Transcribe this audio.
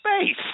space